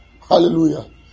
Hallelujah